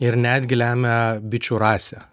ir netgi lemia bičių rasė